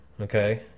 okay